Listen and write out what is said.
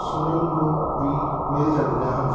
ਸੁਣਨ ਨੂੰ ਵੀ ਮਿਲ ਜਾਂਦੀਆਂ ਹਨ